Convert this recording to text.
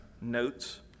notes